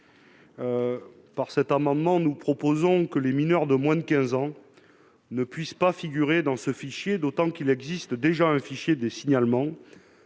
garde des sceaux. Nous proposons que les mineurs de moins de 15 ans ne puissent pas figurer dans le Fijait, d'autant qu'il existe déjà un fichier des signalements